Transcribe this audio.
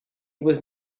was